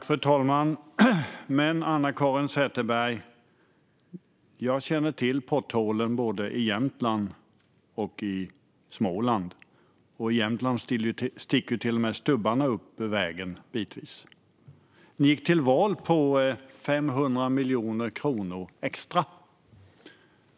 Fru talman! Men, Anna-Caren Sätherberg, jag känner till potthålen både i Jämtland och i Småland. I Jämtland sticker ju till och med stubbar upp ur vägen. Ni gick till val på 500 miljoner kronor extra.